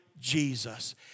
Jesus